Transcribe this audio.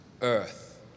Earth